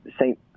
saint